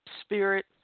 spirit